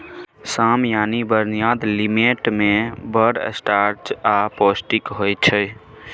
साम यानी barnyard millet मे बड़ स्टार्च आ पौष्टिक होइ छै